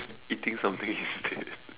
eating something instead